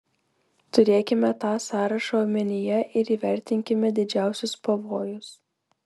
turėkime tą sąrašą omenyje ir įvertinkime didžiausius pavojus